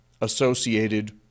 associated